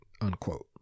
unquote